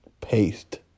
paste